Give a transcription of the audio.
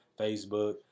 facebook